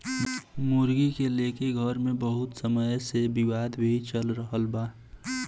मुर्गी के लेके घर मे बहुत समय से विवाद भी चल रहल बा